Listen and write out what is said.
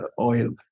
oil